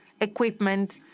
equipment